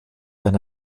eine